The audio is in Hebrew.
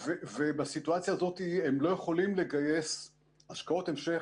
בסיטואציה הזאת הם לא יכולים לגייס השקעות המשך